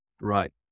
Right